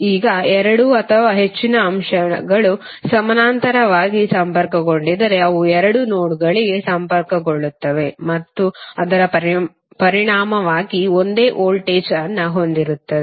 ಈಗ ಎರಡು ಅಥವಾ ಹೆಚ್ಚಿನ ಅಂಶಗಳು ಸಮಾನಾಂತರವಾಗಿ ಸಂಪರ್ಕಗೊಂಡಿದ್ದರೆ ಅವು ಎರಡು ನೋಡ್ಗಳಿಗೆ ಸಂಪರ್ಕಗೊಳ್ಳುತ್ತವೆ ಮತ್ತು ಅದರ ಪರಿಣಾಮವಾಗಿ ಒಂದೇ ವೋಲ್ಟೇಜ್ ಅನ್ನು ಹೊಂದಿರುತ್ತದೆ